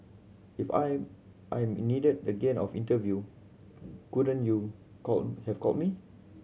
if I am needed again of interview couldn't you call have called me